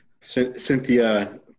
Cynthia